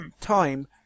time